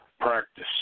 practice